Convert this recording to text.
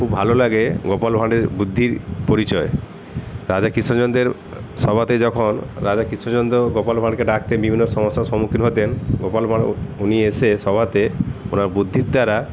খুব ভালো লাগে গোপাল ভাঁড়ের বুদ্ধির পরিচয় রাজা কৃষ্ণচন্দ্রের সভাতে যখন রাজা কৃষ্ণচন্দ্র গোপাল ভাঁড়কে ডাকতে বিভিন্ন সমস্যার সম্মুখীন হতেন গোপাল ভাঁড়ও উনি এসে সভাতে ওনার বুদ্ধির দ্বারা